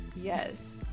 Yes